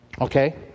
okay